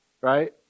right